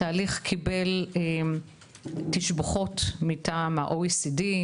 התהליך קיבל תשבחות מטעם ה-OCED,